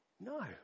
No